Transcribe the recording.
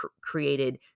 created